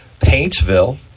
Paintsville